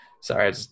sorry